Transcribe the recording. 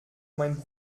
mein